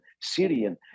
Syrian